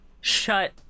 Shut